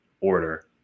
order